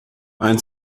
ein